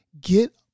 Get